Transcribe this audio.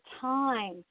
time